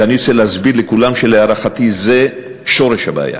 ואני רוצה להסביר לכולם שלהערכתי זה שורש הבעיה.